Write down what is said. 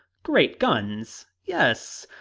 great guns, yes!